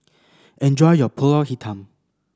enjoy your Pulut Hitam